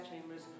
chambers